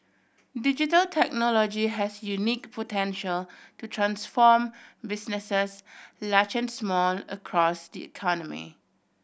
digital technology has unique potential to transform businesses large and small across the economy